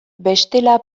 bestela